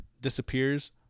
disappears